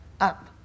up